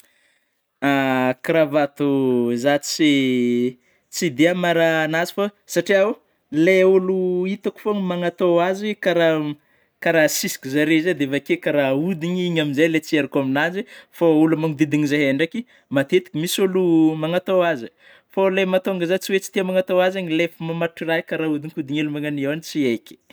Kravato, zaho tsy, tsy dia mahay raha an'azy fô, satria oh, lay ôlô itako fôgna no magnatao azy, kara, kara asisiky zareo zay, dia avekeo kara ahodigny iny am'zay tsy arako amin'azy, fô ôlô magnodidiny zahay ndreiky matetiky misy ôlô magnatao azy, fô lay mahatonga zaho tsy oe tsy tia magnatao azy, rehefa mamatotra raha io, ka raha ahodikodiny hely magnano io eh tsy eiky.